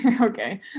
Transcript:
Okay